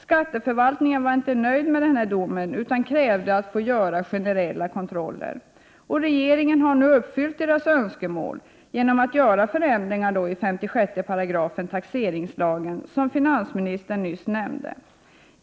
Skatteförvaltningen var inte nöjd med denna dom utan krävde att få göra generella kontroller. Regeringen har nu uppfyllt deras önskemål, genom att göra förändringar i 56 § taxeringslagen, som finansministern nyss nämnde.